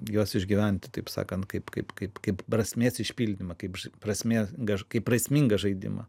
juos išgyventi taip sakant kaip kaip kaip kaip prasmės išpildymą kaip prasmės kaip prasmingą žaidimą